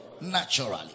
naturally